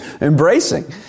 embracing